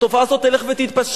התופעה הזאת תלך ותתפשט.